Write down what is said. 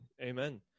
Amen